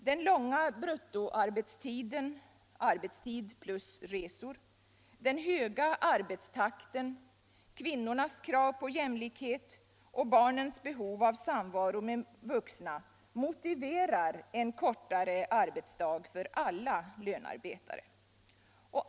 Den långa bruttoarbetstiden — arbetstid plus resor —, den höga arbetstakten, kvinnornas krav på jämlikhet och barnens behov av samvaro med vuxna motiverar en kortare arbetsdag för alla lönarbetare.